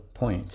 point